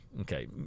Okay